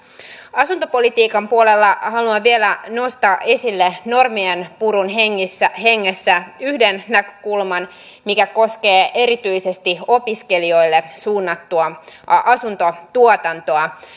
asuntopolitiikan puolella haluan vielä nostaa esille normienpurun hengessä yhden näkökulman mikä koskee erityisesti opiskelijoille suunnattua asuntotuotantoa